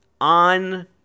On